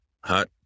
hot